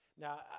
Now